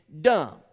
dumb